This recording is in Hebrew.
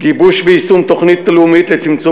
גיבוש ויישום תוכנית לאומית לצמצום